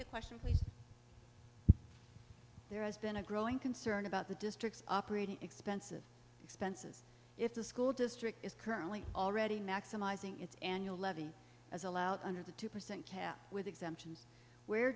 that question please there has been a growing concern about the district's operating expenses expenses if the school district is currently already maximizing its annual levy as allowed under the two percent cap with exemptions where